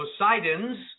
Poseidons